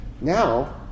Now